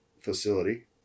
facility